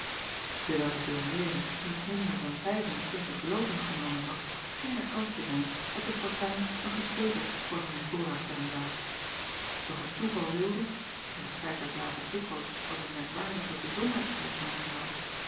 ewijl de ouairière niet minder dan vijf-en-twintig loten genomen had scheen er kans te zijn dat de fortuin nog iets beters voor haar in voorraad hebben zou doch het toeval wilde en het feit werd later dikwijls als een merkwaardige bijzonderheid aangehaald